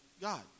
God